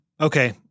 Okay